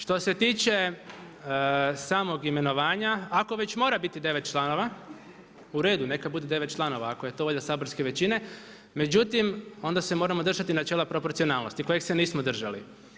Što se tiče samog imenovanja, ako već mora biti 9 članova, uredu neka bude 9 članova, ako je to volja saborske većine, međutim onda se moramo držati načela proporcionalnosti kojeg se nismo držali.